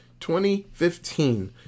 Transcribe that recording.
2015